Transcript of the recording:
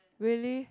really